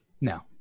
No